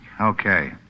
Okay